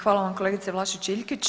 Hvala vam kolegice Vlašić Iljkić.